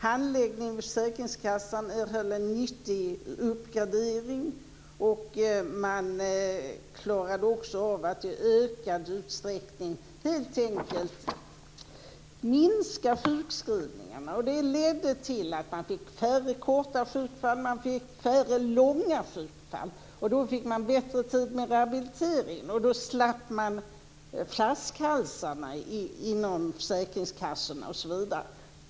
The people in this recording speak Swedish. Handläggningen vid försäkringskassan erhöll en nyttig uppgradering, och man klarade också av att i ökad utsträckning helt enkelt minska sjukskrivningarna. Det ledde till att man fick färre korta sjukfall. Man fick färre långa sjukfall. Då fick man bättre tid med rehabiliteringen. Då slapp man flaskhalsarna inom försäkringskassorna, osv.